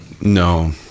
No